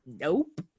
nope